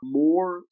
more